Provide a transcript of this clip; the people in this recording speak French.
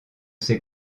ses